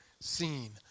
seen